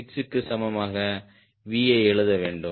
6 க்கு சமமாக V ஐ எழுத வேண்டும்